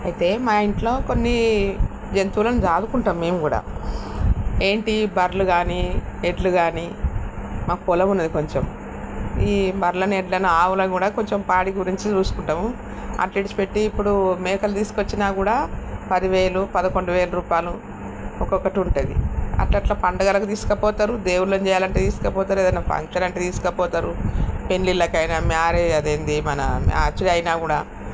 అయితే మా ఇంట్లో కొన్ని జంతువులను సాదుకుంటాము మేం కూడా ఏంటి బర్రెలు కానీ ఎడ్లు కానీ మాకు పొలం ఉన్నది కొంచెం ఈ బర్రెలను ఎడ్లను ఆవులను కూడా కొంచెం పాడి గురించి చూసుకుంటాము అలా విడిచిపెట్టి ఇప్పుడు మేకలను తీసుకువచ్చినా కూడా పదివేలు పదకొండు వేల రూపాయలు ఒక్కొక్కటి ఉంటుంది అలా అలా పండుగలకి తీసుకొపోతారు దేవుళ్ళని చేయాలంటే తీసుకొపోతారు ఏదైన్నా ఫంక్షన్ అంటే తీసుకొపోతారు పెండ్లిళ్ళకైనా మ్యారేజ్ అదేంది మన మ్యాచ్గా అయినా కూడా